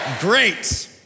Great